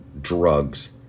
drugs